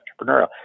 entrepreneurial